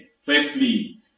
firstly